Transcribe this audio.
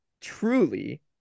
truly